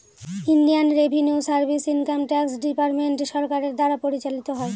Indian revenue service income tax department সরকারের দ্বারা পরিচালিত হয়